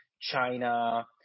China